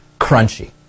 crunchy